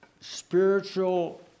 Spiritual